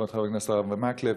כבוד חבר הכנסת הרב אורי מקלב,